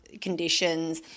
conditions